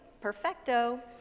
perfecto